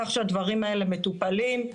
כך שהדברים האלה מטופלים.